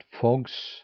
fogs